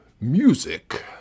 music